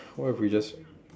what if we just